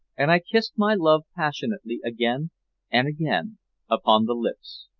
and i kissed my love passionately again and again upon the lips.